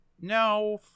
No